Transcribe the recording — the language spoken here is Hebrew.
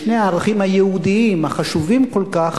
בשני הערכים היהודיים החשובים כל כך,